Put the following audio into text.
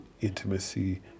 intimacy